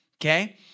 Okay